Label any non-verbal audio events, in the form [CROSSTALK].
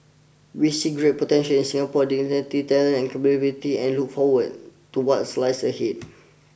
we see great potential in Singapore's [UNINTELLIGIBLE] talent and [UNINTELLIGIBLE] and look forward to what slice ahead